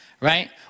Right